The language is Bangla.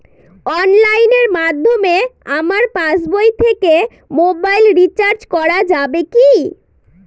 অনলাইনের মাধ্যমে আমার পাসবই থেকে মোবাইল রিচার্জ করা যাবে কি?